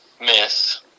miss